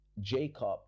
jacob